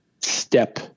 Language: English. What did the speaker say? step